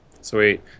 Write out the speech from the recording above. sweet